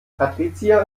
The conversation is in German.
patricia